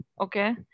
okay